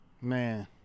Man